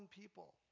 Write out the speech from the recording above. people